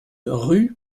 rue